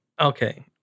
Okay